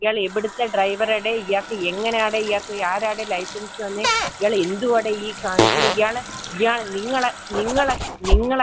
ഇയാളെവിടുത്തെ ഡ്രൈവറാടെ ഇയാൾക്ക് എങ്ങനാടെ ഇയാൾക്ക് ആരാടേ ലൈസൻസ്സ് തന്നത് ഇയാളെന്തുവാടേ ഈ കാണിക്കുന്നത് ഇയാൾ ഇയാ നിങ്ങൾ നിങ്ങൾ നിങ്ങൾ